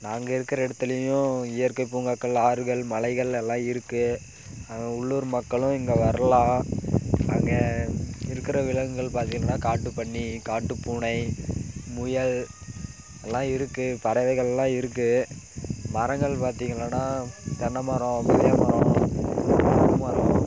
நாங்கள் இருக்கிற இடத்துலையும் இயற்கை பூங்காங்கள் ஆறுகள் மலைகள் எல்லாம் இருக்குது உள்ளூர் மக்களும் இங்கே வரலாம் அங்கே இருக்கிற விலங்குகள் பார்த்திங்கன்னா காட்டுப்பன்னி காட்டுப்பூனை முயல் எல்லாம் இருக்குது பறவைகளெலாம் இருக்குது மரங்கள் பார்த்திங்களானா தென்னை மரம் புளிய மரம்